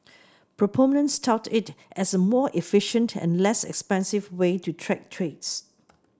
proponents tout it as a more efficient and less expensive way to track trades